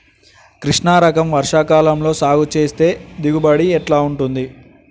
కృష్ణ రకం వర్ష కాలం లో సాగు చేస్తే దిగుబడి ఎట్లా ఉంటది?